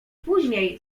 później